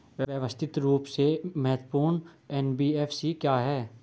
व्यवस्थित रूप से महत्वपूर्ण एन.बी.एफ.सी क्या हैं?